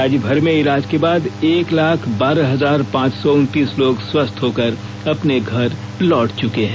राज्य भर में इलाज के बाद एक लाख बारह हजार पांच सौ उनतीस लोग स्वस्थ होकर अपने घर लौट चुके हैं